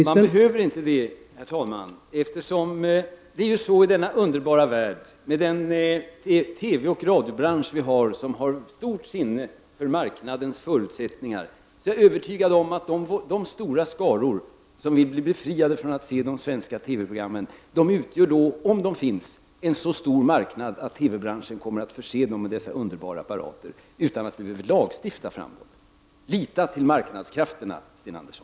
Herr talman! Man behöver inte göra detta. Det är ju så i denna underbara värld med den TV och radiobransch vi har som har ett stort sinne för marknadens förutsättningar. Jag är övertygad om att de stora skaror som vill bli befriade från att se svenska TV-program utgör — om de finns — en så stor marknad att TV-branschen kommer att förse dem med dessa underbara apparater utan att vi behöver lagstifta om det. Lita till marknadskrafterna, Sten Andersson!